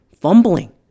fumbling